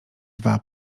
dwa